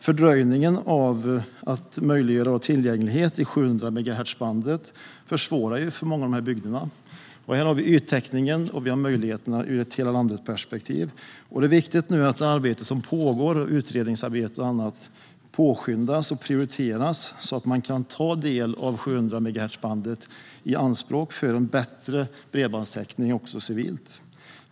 Fördröjningen med att möjliggöra tillgänglighet i 700-megahertzbandet försvårar för många av dessa bygder. Här handlar det om yttäckning och möjligheter ur ett hela-landet-perspektiv. Det är viktigt att det arbete som pågår med utredningar och annat påskyndas och prioriteras så att man kan ta en del av 700-megahertzbandet i anspråk för en bättre bredbandstäckning även civilt.